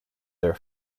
their